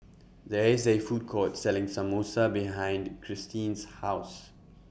There IS A Food Court Selling Samosa behind Christene's House